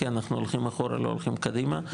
כי אנחנו הולכים אחורה ולא הולכים קדימה.